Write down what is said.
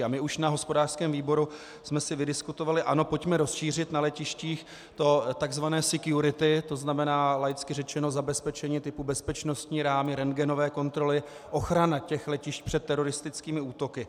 A my už na hospodářském výboru jsme si vydiskutovali: Ano, pojďme rozšířit na letištích to tzv. security, tzn. laicky řečeno zabezpečení typu bezpečnostní rámy, rentgenové kontroly, ochrana letišť před teroristickými útoky.